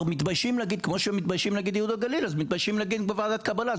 כמו שמתביישים להגיד ייהוד הגליל אז מתביישים להגיד ועדת קבלה,